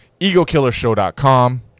EgoKillershow.com